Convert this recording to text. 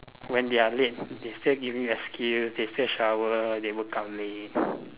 when they are late they still give you excuse they still shower they woke up late